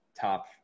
top